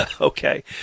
Okay